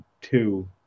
two